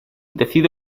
decide